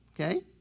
Okay